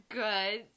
good